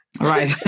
Right